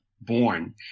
born